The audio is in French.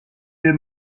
les